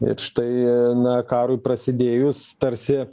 ir štai na karui prasidėjus tarsi